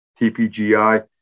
TPGI